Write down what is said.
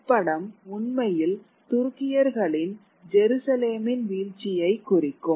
இப்படம் உண்மையில் துருக்கியர்களின் ஜெருசலேமின் வீழ்ச்சியை குறிக்கும்